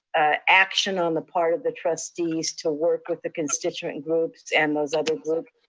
action on the part of the trustees to work with the constituent groups, and those other group?